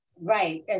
Right